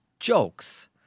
Jokes